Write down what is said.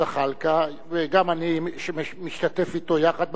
חבר הכנסת זחאלקה וגם אני משתתף אתו יחד במאמצים,